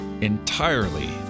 entirely